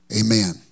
Amen